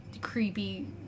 creepy